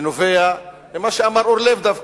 שנובע ממה אמר אורלב דווקא,